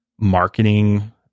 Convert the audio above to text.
marketing